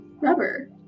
rubber